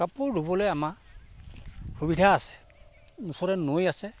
কাপোৰ ধুবলৈ আমাৰ সুবিধা আছে ওচৰতে নৈ আছে